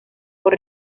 por